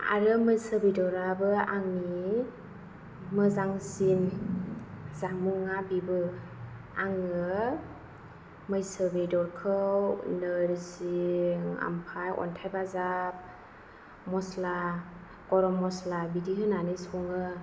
आरो मैसो बेदराबो आंनि मोजांसिन जामुङा बेबो आङो मैसो बेदरखौ नोरसिं ओमफ्राय अनथाइ बाजाब मस्ला गरम मस्ला बिदि होनानै सङो